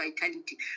vitality